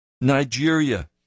Nigeria